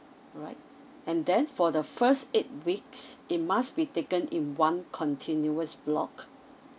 alright and then for the first eight weeks it must be taken in one continuous block